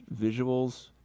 Visuals